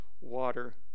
water